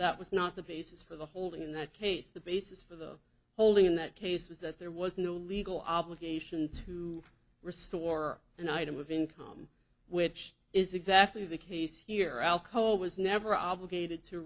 that was not the basis for the holding in that case the basis for the holding in that case was that there was no legal obligation to restore an item of income which is exactly the case here alcoa was never obligated to